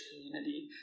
community